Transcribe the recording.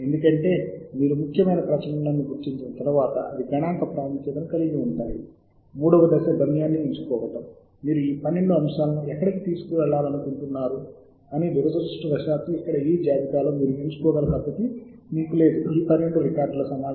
ఆకృతిని RIS గా ఎంచుకోవచ్చు ఫార్మాట్ ఎక్సెల్ కోసం CSV ఫార్మాట్ బిబ్టెక్స్ లేదా టెక్స్ట్ ఫార్మాట్